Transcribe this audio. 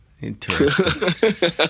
Interesting